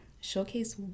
showcase